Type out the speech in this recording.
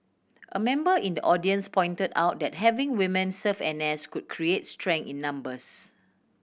a member in the audience pointed out that having women serve N S could create strength in numbers